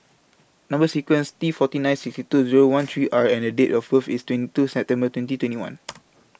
Number sequence T forty nine sixty two Zero one three R and The Date of birth IS twenty two September twenty twenty one